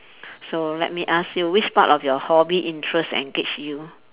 so let me ask you which part of your hobby interest engage you